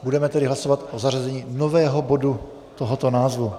Budeme tedy hlasovat o zařazení nového bodu tohoto názvu.